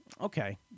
Okay